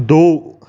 ਦੋ